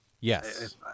Yes